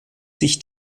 sich